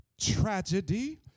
tragedy